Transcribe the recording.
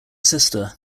sister